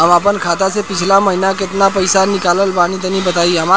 हम आपन खाता से पिछला महीना केतना पईसा निकलने बानि तनि बताईं?